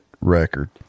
record